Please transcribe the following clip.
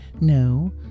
No